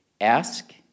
Ask